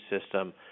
system